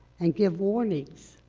and give warnings,